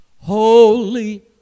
Holy